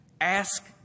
Ask